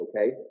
okay